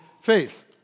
faith